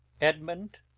Edmund